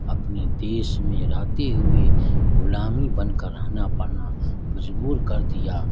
اپنے دیش میں رہتے ہوئے غلامی بن کر رہنا پڑنا مجبور کر دیا